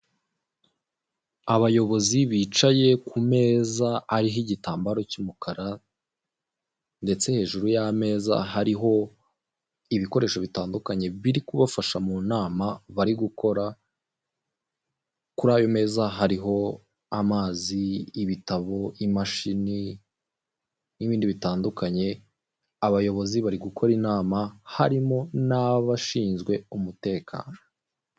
Abayobozi bicaye ku meza ariho igitambaro cy'umukara ndetse hejuru y'ameza ahariho ibikoresho bitandukanye biri kubafasha mu nama bari gukora kuri ayo meza hariho amazi ibitabo, imashini n'ibindi bitandukanye abayobozi bari gukora inama harimo n'abashinzwe umutekano.